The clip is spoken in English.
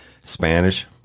Spanish